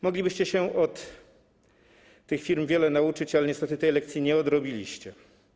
Moglibyście się od takiej firmy wiele nauczyć, ale niestety tej lekcji nie odrobiliście.